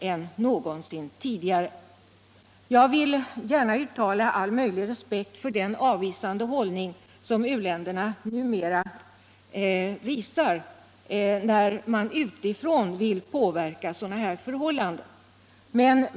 Jag vill gärna uttala all möjlig respekt för den avvisande hållning som u-länderna numera visar när man utifrån vill påverka sådana här förhållanden.